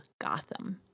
Gotham